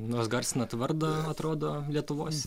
nors garsinat vardą atrodo lietuvos